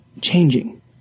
changing